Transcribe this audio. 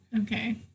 Okay